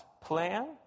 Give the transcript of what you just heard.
plan